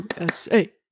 USA